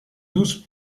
douze